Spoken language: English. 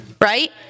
Right